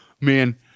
man